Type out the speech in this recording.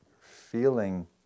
feeling